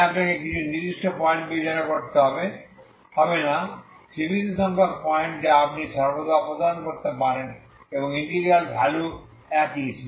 তাই আপনাকে কিছু নির্দিষ্ট পয়েন্ট বিবেচনা করতে হবে না সীমিত সংখ্যক পয়েন্ট যা আপনি সর্বদা অপসারণ করতে পারেন এবং ইন্টিগ্রাল ভ্যালু একই